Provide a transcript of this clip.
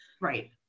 Right